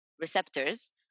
receptors